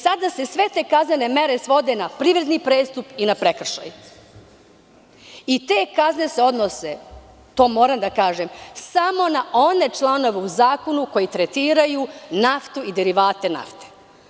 Sada se sve te kaznene mere svode na privredni prestup i na prekršaj i te kazne se odnose samo na one članove u zakonu koji tretiraju naftu i derivate nafte.